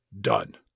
done